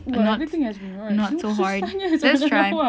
not not so hard just try